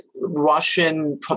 Russian